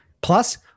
plus